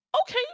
okay